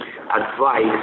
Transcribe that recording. advice